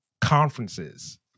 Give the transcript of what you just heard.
conferences